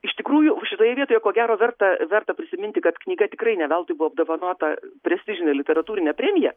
iš tikrųjų šitoje vietoje ko gero verta verta prisiminti kad knyga tikrai ne veltui buvo apdovanota prestižine literatūrine premija